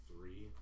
three